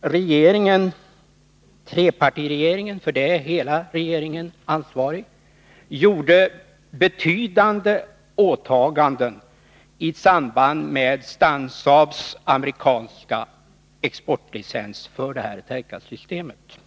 regeringen — trepartiregeringen, för det är hela regeringen som är ansvarig — gjorde betydande åtaganden i samband med Stansaabs amerikanska exportlicens för Tercassystemet.